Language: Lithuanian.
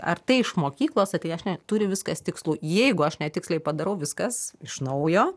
ar tai iš mokyklos atėję aš ne turi viskas tikslu jeigu aš netiksliai padarau viskas iš naujo